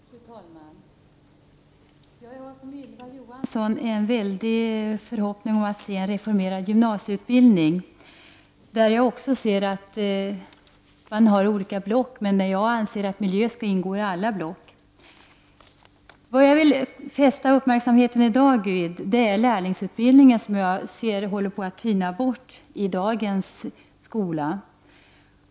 Fru talman! Jag har liksom Ylva Johansson en stor förhoppning på en reformerad gymnasieutbildning. Det finns i utbildningen olika block, men jag anser att miljöundervisning skall ingå i alla block. Det jag i dag vill fästa uppmärksamheten vid är lärlingsutbildningen som håller på att tyna bort i dagens skola.